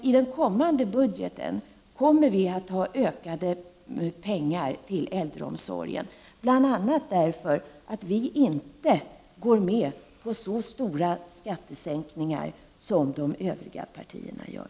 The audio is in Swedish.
I den kommande budgeten kommer vi att sätta av ytterligare medel till äldreomsorgen, bl.a. därför att vi inte går med på så stora skattesänkningar som de övriga partierna gör.